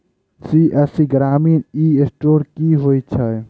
CSC ग्रामीण e store की होइ छै?